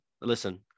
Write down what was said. listen